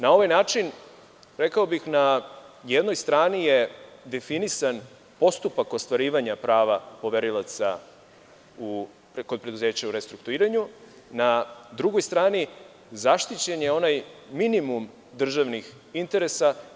Na ovaj način, rekao bih, na jednoj strani je definisan postupak ostvarivanja prava poverilaca kod preduzeća u restrukturiranju, a na drugoj strani je zaštićen onaj minimum državnih interesa.